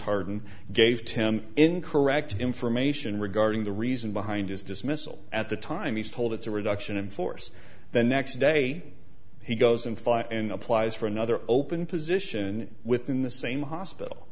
harden gave him incorrect information regarding the reason behind his dismissal at the time he's told it's a reduction in force the next day he goes and file and applies for another open position within the same hospital